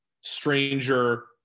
Stranger